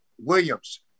Williams